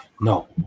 No